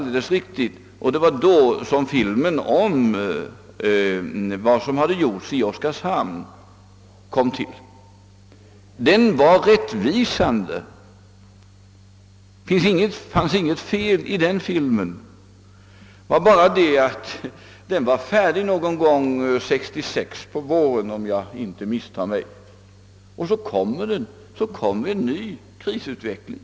Det var på detta sätt filmen om vad som gjorts i Oskarshamn kom till. Den var rättvisande. Något fel fanns inte i den filmen det var bara det att den var färdig någon gång på våren 1966, om jag inte missminner mig, och så kom då en ny krisutveckling.